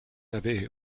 avait